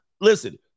Listen